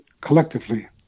collectively